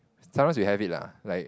sometimes we have it lah like